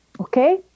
Okay